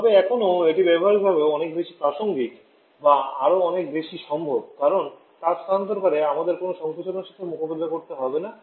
তবে এখনও এটি ব্যবহারিকভাবে অনেক বেশি প্রাসঙ্গিক বা আরও অনেক বেশি সম্ভব কারণ তাপ স্থানান্তরকালে আমাদের কোনও সংকোচনের সাথে মোকাবিলা করতে হবে না